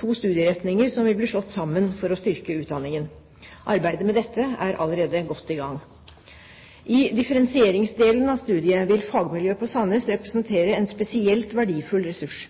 to studieretninger som vil bli slått sammen for å styrke utdanningen. Arbeidet med dette er allerede godt i gang. I differensieringsdelen av studiet vil fagmiljøet på Sandnes representere en spesielt verdifull ressurs.